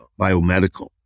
biomedical